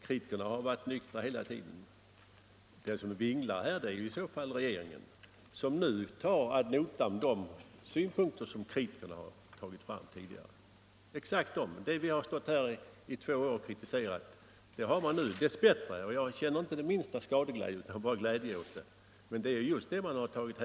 Kritikerna har varit nyktra hela tiden. Den som vinglar är i så fall regeringen, som nu tar ad notam de synpunkter som kritikerna har fört fram tidigare. Exakt det som vi i två år har kritiserat har man nu dess bättre tagit hänsyn till. Och jag känner inte den minsta skadeglädje utan är bara tacksam för det.